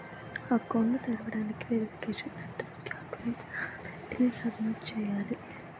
Account ను తెరవటానికి verification address documents గా వేటిని సబ్మిట్ చేయాలి?